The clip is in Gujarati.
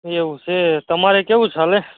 એવું છે તમારે કેવું ચાલે